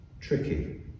tricky